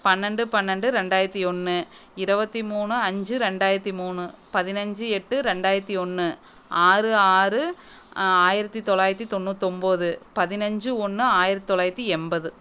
பன்னெண்டு பன்னெண்டு ரெண்டாயிரத்து ஒன்று இருவத்தி மூணு அஞ்சு ரெண்டாயிரத்து மூணு பதினஞ்சு எட்டு ரெண்டாயிரத்து ஒன்று ஆறு ஆறு ஆயிரத்து தொள்ளாயிரத்து தொண்ணுத்தொம்பது பதினஞ்சு ஒன்று ஆயிரத்து தொள்ளாயிரத்து எண்பது